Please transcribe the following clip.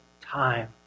time